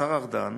השר ארדן